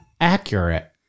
accurate